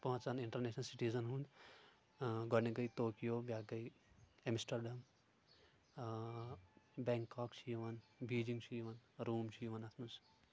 پانٛژن international citizen ہُنٛد گۄڈٕنیُک گٔے ٹوکیو بیاکھ گٔے ایمسٹرڈیم آ بینکاک چھ یِوان بیٖجنگ چھ یِوان روم چھ یِوان اَتھ منٛز